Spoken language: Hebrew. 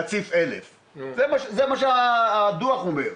להציף 1,000. זה מה שהדוח אומר.